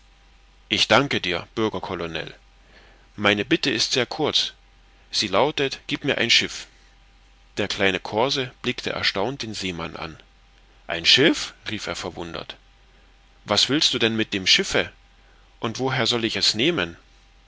ich danke dir bürger colonel meine bitte ist sehr kurz sie lautet gib mir ein schiff der kleine corse blickte erstaunt den seemann an ein schiff rief er verwundert was willst du mit dem schiffe und woher soll ich es nehmen